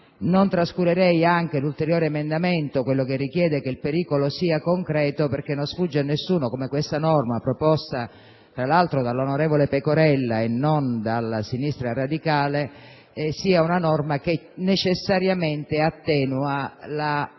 Non trascurerei anche l'ulteriore emendamento, quello che richiede che il pericolo sia concreto, perché non sfugge a nessuno come questa norma - proposta tra l'altro dall'onorevole Pecorella e non dalla sinistra radicale - necessariamente attenua il